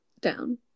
down